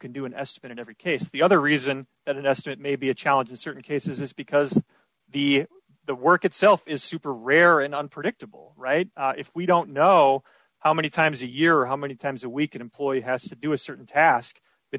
can do an estimate in every case the other reason that an estimate may be a challenge in certain cases is because the the work itself is super rare and unpredictable right if we don't know how many times a year or how many times a week an employee has to do a certain task but